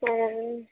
ह्म्म